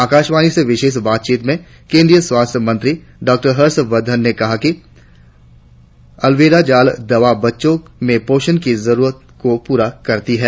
आकाशवाणी से विशेष बातचीत में केंद्रीय स्वास्थ्य मंत्री डॉ हर्षवर्धन ने कहा कि अल्बेंडाजॉल दवा बच्चों में पोषण की जरुरत को पूरा करती है